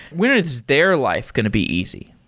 when is their life going to be easy?